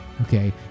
okay